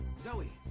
Zoe